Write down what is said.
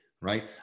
Right